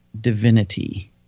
divinity